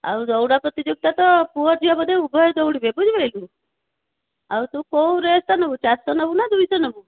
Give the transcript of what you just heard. ଆଉ ଦୌଡ଼ ପ୍ରତିଯୋଗିତା ତ ପୁଅ ଝିଅ ବୋଧେ ଉଭୟ ଦୌଡ଼ିବେ ବୁଝି ପାରିଲୁ ଆଉ ତୁ କେଉଁ ରେସ୍ ନେବୁ ଚାରିଶହ ନେବୁ ନାଁ ଦୁଇଶହ ନେବୁ